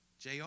JR